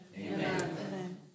Amen